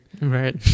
Right